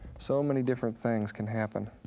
so many different things can happen.